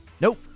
nope